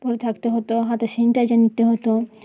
পরে থাকতে হতো হাতে স্যানিটাইজার নিতে হতো